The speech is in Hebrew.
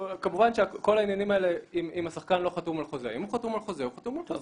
ששחקן שאין לו חוזה בגיל 23 יכול לעבור לקבוצה